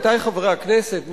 עמיתי חברי הכנסת,